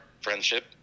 friendship